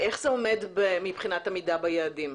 איך זה עומד מבחינת עמידה ביעדים?